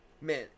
man